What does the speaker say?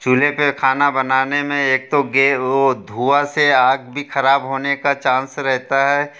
चूल्हे पर खाना बनाने में एक तो गे वो धुआँ से आँख भी खराब होने का चांस रहता है